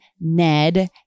Ned